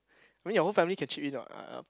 I mean your whole family can chip in what uh